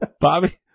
Bobby